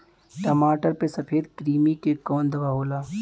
टमाटर पे सफेद क्रीमी के कवन दवा होला?